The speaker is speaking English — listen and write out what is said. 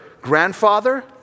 grandfather